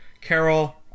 Carol